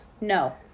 No